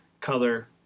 color